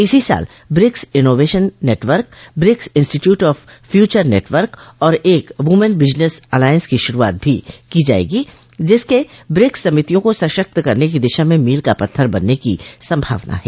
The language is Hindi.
इसी साल BRICS innovation network BRICS institute of future network और एक व्मन बिजनेस अलायंस की शुरूआत भी की जायेगी जिसके ब्रिक्स समितियों को सशक्त करने की दिशा में मील का पत्थर बनने की संभावना है